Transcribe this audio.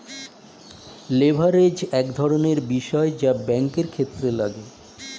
leverage এক ধরনের বিষয় যা ব্যাঙ্কের ক্ষেত্রে লাগে